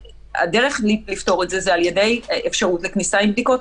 הדרך לפתור את זה היא על ידי אפשרות לכניסה עם בדיקות.